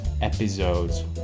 episodes